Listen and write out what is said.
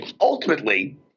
Ultimately